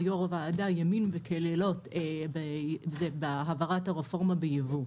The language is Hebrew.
כימים, בהעברת הרפורמה בייבוא.